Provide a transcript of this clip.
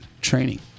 training